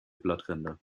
blattränder